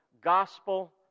gospel